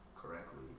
correctly